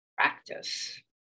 practice